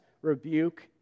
rebuke